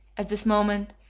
at this moment,